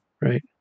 Right